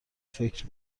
فکر